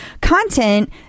content